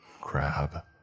Crab